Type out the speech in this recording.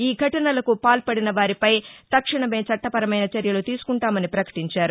ఈ ఘటనలకు పాల్పడినవారిపై తక్షణమే చట్టపరమైన చర్యలు తీసుకుంటామని పకటించారు